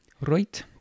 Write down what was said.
Right